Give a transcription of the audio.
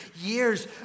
years